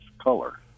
color